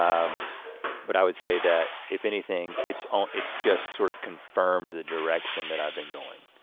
um but i would say that, if anything, it's um it's just sort of confirmed the direction that i've been going